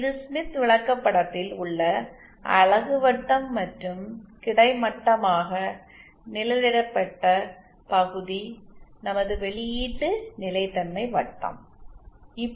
இது ஸ்மித் விளக்கப்படத்தில் உள்ள யூனிட் வட்டம் மற்றும் கிடைமட்டமாக நிழலிடப்பட்ட பகுதி நமது வெளியீட்டு நிலைத்தன்மை வட்டம் ஆகும்